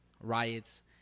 riots